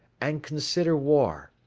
and consider war,